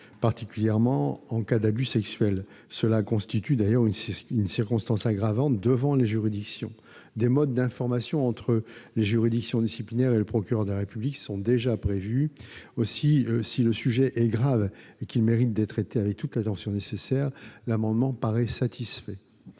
particulièrement en cas d'abus sexuel, lequel est d'ailleurs considéré comme une circonstance aggravante par les juridictions. Des modes d'information entre les juridictions disciplinaires et le procureur de la République sont déjà prévus. Aussi, si le sujet est grave et mérite d'être traité avec toute l'attention nécessaire, cet amendement paraît satisfait.